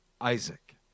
Isaac